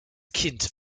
kind